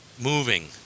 moving